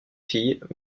filles